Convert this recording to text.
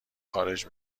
خارج